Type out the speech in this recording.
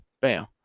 bam